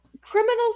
criminals